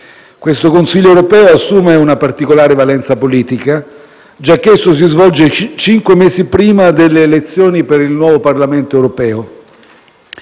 Questo Consiglio europeo assume una particolare valenza politica, giacché esso si svolge cinque mesi prima delle elezioni per il nuovo Parlamento europeo.